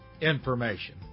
information